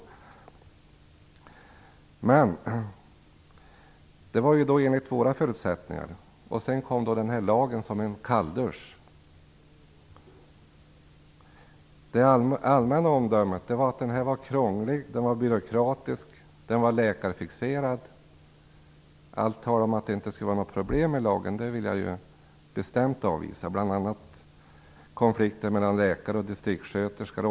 Planerna utgick från våra förutsättningar, och sedan kom den här lagen som en kalldusch. Det allmänna omdömet var att den var krånglig, den var byråkratisk och den var läkarfixerad. Allt tal om att det inte skulle vara något problem med lagen vill jag bestämt avvisa. Det var bl.a. konflikter mellan läkare och distriktssköterskor.